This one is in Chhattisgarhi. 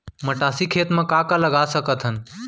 मटासी खेत म का का लगा सकथन?